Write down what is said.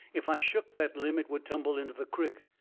if i shook that limb it would tumble into the crick.